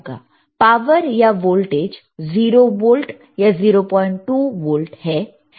power या voltage 0 volt या 02 volt है